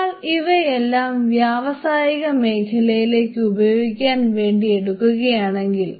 ഒരാൾ ഇവയെല്ലാം വ്യാവസായിക മേഖലയിലേക്ക് ഉപയോഗിക്കാൻ വേണ്ടി എടുക്കുകയാണെങ്കിൽ